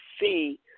see